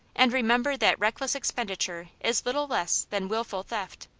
and re member that reckless expenditure is little less than wilful theft.